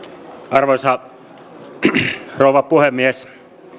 arvoisa rouva puhemies